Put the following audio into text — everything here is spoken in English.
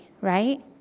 right